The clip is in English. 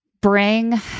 bring